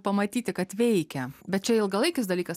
pamatyti kad veikia bet čia ilgalaikis dalykas